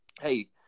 hey